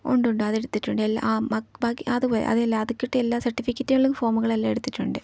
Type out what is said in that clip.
ഉണ്ടുണ്ട് അതെടുത്തിട്ടുണ്ട് എല്ലാ ബാക്കി അത് അതല്ല അതുക്കൂട്ട് എല്ലാ സർട്ടിഫിക്കറ്റുകളും ഫോമുകളുമെല്ലാം എടുത്തിട്ടുണ്ട്